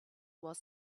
was